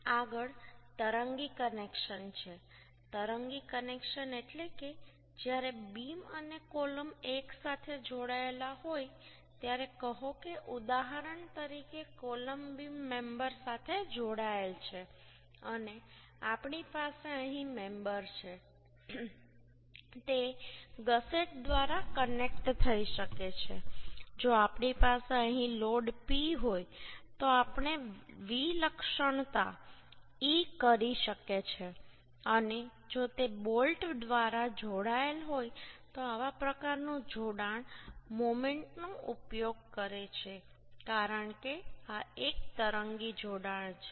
આગળ તરંગી કનેક્શન છે તરંગી કનેક્શન એટલે કે જ્યારે બીમ અને કોલમ એકસાથે જોડાયેલા હોય ત્યારે કહો કે ઉદાહરણ તરીકે કૉલમ બીમ મેમ્બર સાથે જોડાયેલ છે અને આપણી પાસે અહીં મેમ્બર છે તે ગસેટ દ્વારા કનેક્ટ થઈ શકે છે જો આપણી પાસે અહીં લોડ P હોય તો આપણે વિલક્ષણતા e કરી શકે છે અને જો તે બોલ્ટ દ્વારા જોડાયેલ હોય તો આવા પ્રકારનું જોડાણ મોમેન્ટનો ઉપયોગ કરે છે કારણ કે આ એક તરંગી જોડાણ છે